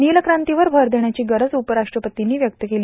नील क्रांतीवर भर देण्याची गरज उपराष्ट्रपर्तींनी व्यक्त केली